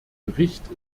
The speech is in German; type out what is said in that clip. bericht